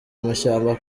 amashyamba